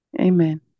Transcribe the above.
Amen